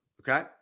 Okay